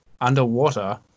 underwater